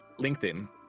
LinkedIn